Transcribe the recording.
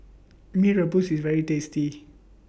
Mee Rebus IS very tasty